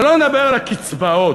שלא לדבר על הקצבאות.